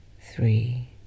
three